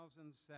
2007